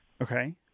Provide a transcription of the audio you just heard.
Okay